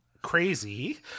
Crazy